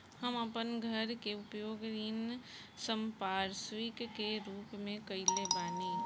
हम अपन घर के उपयोग ऋण संपार्श्विक के रूप में कईले बानी